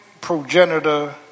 progenitor